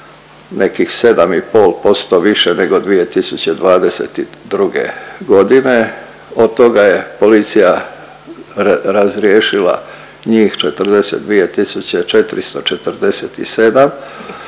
nekih 7,5% više nego 2022. godine. Od toga je policija razriješila njih 42.447